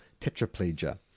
tetraplegia